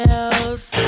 else